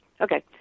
Okay